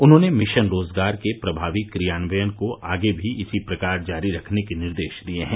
उन्होंने मिशन रोजगार के प्रभावी क्रियान्वयन को आगे भी इसी प्रकार जारी रखने के निर्देश दिये हैं